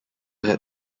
had